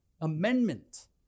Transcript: amendment